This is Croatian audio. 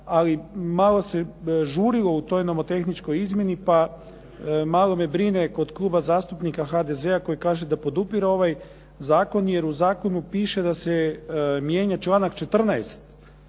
ali malo se žurilo u toj nomotehničkoj izmjeni pa malo me brine kod Kluba zastupnika HDZ-a koji kaže da podupire ovaj zakon jer u zakonu piše da se mijenja članak 14.,